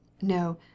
No